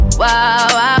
wow